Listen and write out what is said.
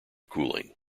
cooling